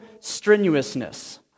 strenuousness